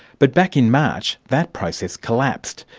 but back in march, that process collapsed.